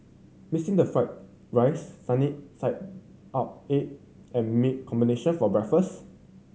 missing the fried rice sunny side up egg and meat combination for breakfast